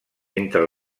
entre